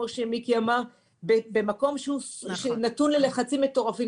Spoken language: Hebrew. במקום שנתון ללחצים מטורפים.